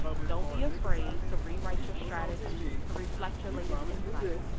don't be afraid to rewrite your strategy to reflect your latest insights,